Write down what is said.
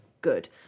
good